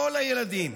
כל הילדים,